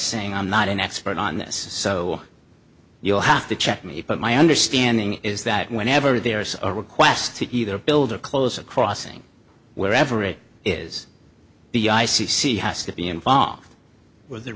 saying i'm not an expert on this so you'll have to check me but my understanding is that whenever there is a request to either build or close a crossing wherever it is the i c c has to be involved with the